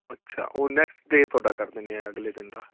ਅੱਛਾ ਉਹ next day ਤੁਹਾਡਾ ਕਰ ਦਿੰਦੇ ਹਾਂ ਅਗਲੇ ਦਿਨ ਦਾ